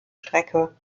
strecke